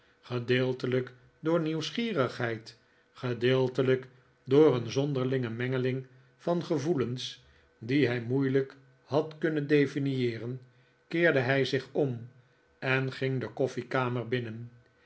gedeeltelijk door nieuwsgierigheid gedeeltelijk door een zonderlinge mengeling van gevoelens die hij moeilijk had kunnen definieeren keerde hij zich om en ging de koffiekamer binnen